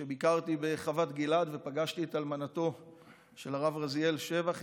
כשביקרתי בחוות גלעד ופגשתי את אלמנתו של הרב רזיאל שבח,